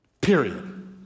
Period